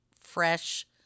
fresh